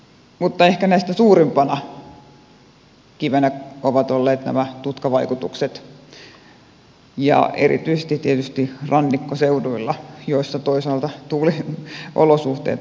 mutta ehkä näistä suurimpana kivenä ovat olleet nämä tutkavaikutukset ja erityisesti tietysti rannikkoseuduilla joilla toisaalta tuuliolosuhteet ovat myöskin parhaimmat